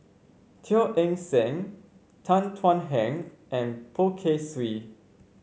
Teo Eng Seng Tan Thuan Heng and Poh Kay Swee